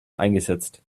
eingesetzt